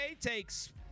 takes